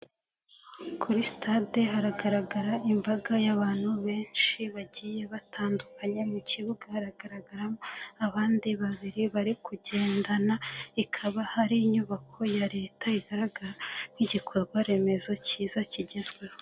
Kuri sitade hagaragara imbaga y'abantu benshi bagiye batandukanye, mu kibuga haragaragaramo abandi babiri bari kugendana, ikaba ari inyubako ya leta igaragara nk'igikorwa remezo cyiza kigezweho.